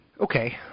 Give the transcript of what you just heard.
Okay